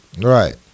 Right